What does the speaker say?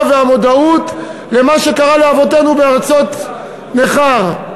ואת המודעות למה שקרה לאבותינו בארצות נכר,